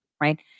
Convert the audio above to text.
right